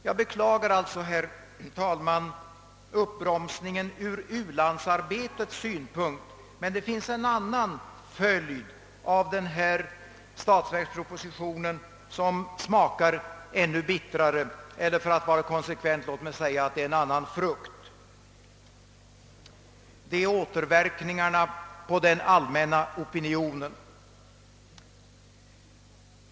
Jag beklagar alltså, herr talman, uppbromsningen ur u-landsarbetets synpunkt, men det är en annan frukt av denna statsverksproposition som smakar ännu bittrare, och det är återverkningarna på den allmänna opinionen.